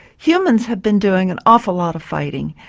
humans have been doing an awful lot of fighting.